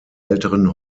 älteren